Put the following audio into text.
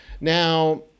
Now